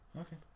Okay